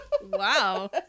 Wow